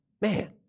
Man